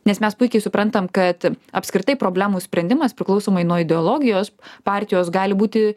nes mes puikiai suprantam kad apskritai problemų sprendimas priklausomai nuo ideologijos partijos gali būti